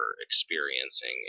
experiencing